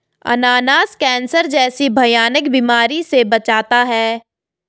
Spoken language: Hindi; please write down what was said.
अनानास कैंसर जैसी भयानक बीमारी से बचाता है